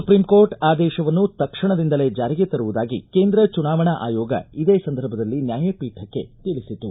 supreme court ಆದೇಶವನ್ನು ತಕ್ಷಣದಿಂದಲೇ ಜಾರಿಗೆ ತರುವುದಾಗಿ ಕೇಂದ್ರ ಚುನಾವಣಾ ಆಯೋಗ ಇದೇ ಸಂದರ್ಭದಲ್ಲಿ ನ್ವಾಯಪೀಠಕ್ಕೆ ತಿಳಿಸಿತು